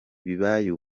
bibaye